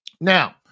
now